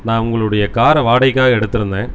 நான் உங்களுடைய காரை வாடகைக்காக எடுத்துருந்தேன்